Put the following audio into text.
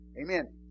Amen